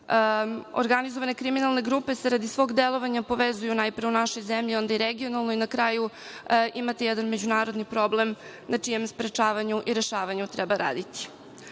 Organizovane kriminalne grupe se radi svog delovanja povezuju najpre u našoj zemlji, onda i regionalno i na kraju imate jedan međunarodni problem na čijem sprečavanju i rešavanju treba raditi. Kako